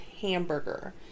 hamburger